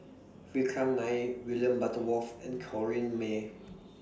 Vikram Nair William Butterworth and Corrinne May